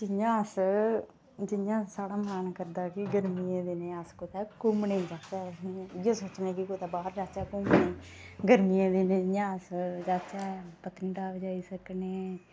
जि'यां अस जि'यां साढ़ा मन करदा कि गर्मियें दे दिनें अस कुतै घुम्मने गी जाह्चै